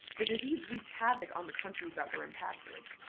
the disease wreaked havoc on the countries that were impacted.